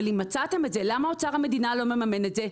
אבל אם מצאתם את זה למה אוצר המדינה לא מממן את זה?